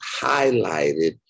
highlighted